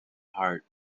heart